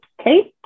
Okay